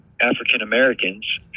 African-Americans